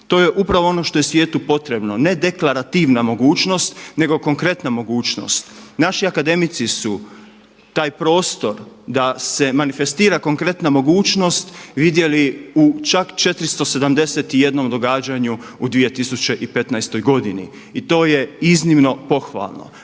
To je upravo ono što je svijetu potrebno, ne deklarativna mogućnost nego konkretna mogućnost. Naši akademici su taj prostor da se manifestira konkretna mogućnost vidjeli u čak 471 događanju u 2015. godini i to je iznimno pohvalno.